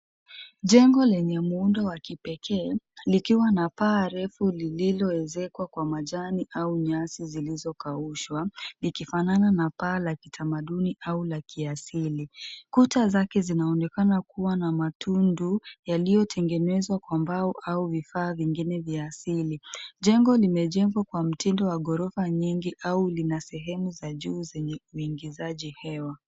Jengo lenye muundo wa kipekee likiwa na paa refu lililoezekwa kwa majani au nyasi zilizokaushwa, ikifanana na paa la kitamaduni au la kiasili. Kuta zake zinaonekana kuwa na matundu yaliyotengenezwa kwa mbao au vifaa vingine vya asili. Jengo limejengwa kwa mtindo wa ghorofa nyingi au lina sehemu za juu zenye uingizaji hewa.